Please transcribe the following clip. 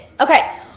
okay